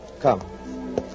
Come